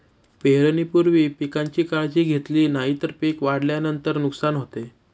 पेरणीपूर्वी पिकांची काळजी घेतली नाही तर पिक वाढल्यानंतर नुकसान होते